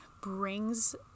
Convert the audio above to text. brings